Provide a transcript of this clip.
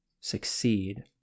succeed